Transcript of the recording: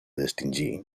distingir